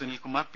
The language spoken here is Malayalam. സുനിൽകുമാർ പി